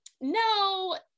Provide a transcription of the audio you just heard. no